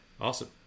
Awesome